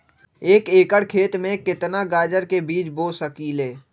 एक एकर खेत में केतना गाजर के बीज बो सकीं ले?